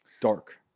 dark